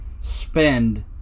spend